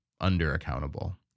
under-accountable